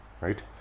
Right